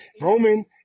Roman